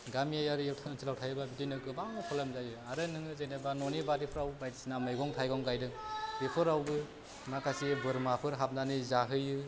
गामियारि ओनसोलाव थायोबा बिदिनो गोबां प्रब्लेम जायो आरो नोङो जेनेबा ननि बारिफ्राव बायदिसिना मैगं थाइगं गायदों बेफोरावबो माखासे बोरमाफोर हाबनानै जाहैयो